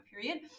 period